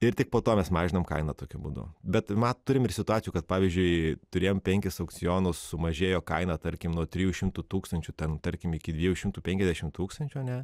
ir tik po to mes mažinam kainą tokiu būdu bet ma turim ir situacijų kad pavyzdžiui turėjom penkis aukcionus sumažėjo kaina tarkim nuo trijų šimtų tūkstančių ten tarkim iki dviejų šimtų penkiasdešimt tūkstančių ane